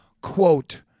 quote